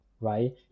right